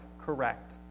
correct